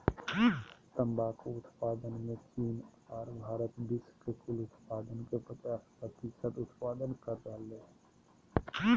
तंबाकू उत्पादन मे चीन आर भारत विश्व के कुल उत्पादन के पचास प्रतिशत उत्पादन कर रहल हई